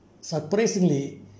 surprisingly